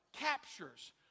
Captures